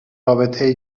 رابطه